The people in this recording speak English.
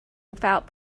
without